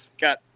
Got